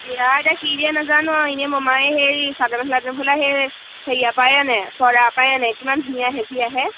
বিয়া এতিয়া কি দিয়ে নোজানো এনেই মমাই সেই চাদৰফাজফেলাই সেই হেৰিয় পাই আনে চৰা পাই আনে কিমান ধুনীয়া হেভি আহে